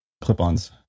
clip-ons